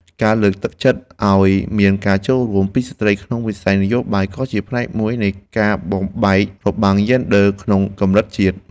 ការលើកទឹកចិត្តឱ្យមានការចូលរួមពីស្ត្រីក្នុងវិស័យនយោបាយក៏ជាផ្នែកមួយនៃការបំបែករបាំងយេនឌ័រក្នុងកម្រិតជាតិ។